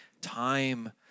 time